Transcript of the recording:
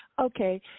Okay